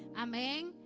um a